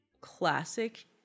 classic